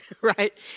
right